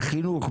בחינוך,